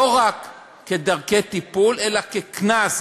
לא רק כדרכי טיפול, אלא כקנס.